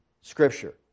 scripture